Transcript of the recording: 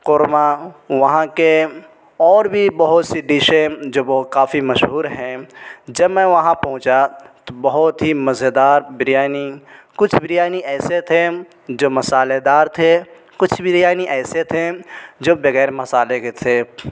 قورمہ وہاں کے اور بھی بہت سی ڈشیں جو کافی مشہور ہیں جب میں وہاں پہنچا تو بہت ہی مزےدار بریانی کچھ بریانی ایسے تھے جو مسالےدار تھے کچھ بریانی ایسے تھے جو بغیر مسالے کے تھے